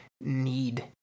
need